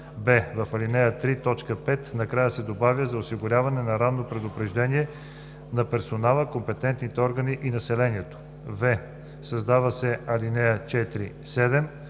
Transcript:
в ал. 3, т. 5 накрая се добавя „за осигуряване на ранно предупреждение на персонала, компетентните органи и населението“; в) създават се ал. 4